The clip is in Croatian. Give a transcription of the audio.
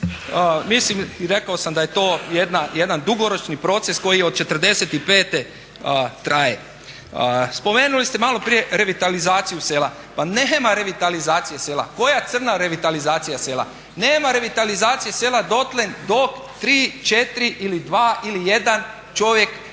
mislim i rekao sam da je to jedan dugoročni proces koji je od '45.traje. Spomenuli ste malo prije revitalizaciju sela, pa nema revitalizacije sela, koja crna revitalizacije sela. Nema revitalizacije sela dotle dok 3, 4 ili 2 ili 1 čovjek je